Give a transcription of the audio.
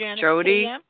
Jody